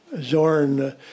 Zorn